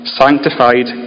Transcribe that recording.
sanctified